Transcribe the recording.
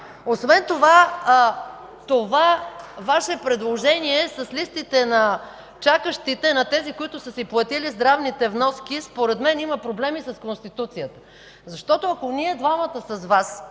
Освен това Вашето предложение с листите на чакащите – на тези, които са си платили здравните вноски, според мен има проблем и с Конституцията. Ако ние двамата с Вас